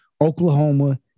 Oklahoma